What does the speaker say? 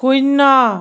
শূন্য